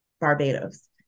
Barbados